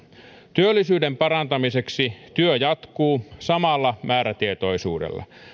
työllisyyden parantamiseksi työ jatkuu samalla määrätietoisuudella